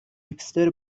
هیپستر